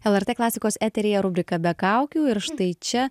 lrt klasikos eteryje rubrika be kaukių ir štai čia